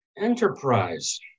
enterprise